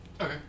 Okay